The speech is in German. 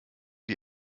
die